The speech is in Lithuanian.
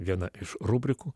viena iš rubrikų